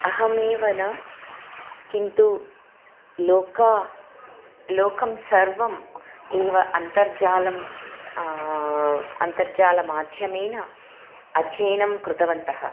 अहमेव न किन्तु लोकाः लोकं सर्वम् एव अन्तर्जालम् अन्तर्जालमाध्यमेन अध्ययनं कृतवन्तः